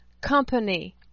company